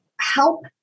help